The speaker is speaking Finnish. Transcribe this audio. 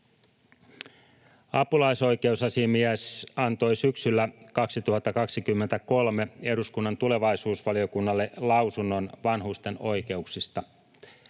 Apulaisoikeusasiamies antoi syksyllä 2023 eduskunnan tulevaisuusvaliokunnalle lausunnon vanhusten oikeuksista.